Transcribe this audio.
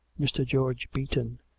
mr. george beaton,